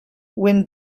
when